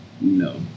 no